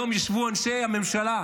היום ישבו אנשי הממשלה.